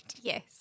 Yes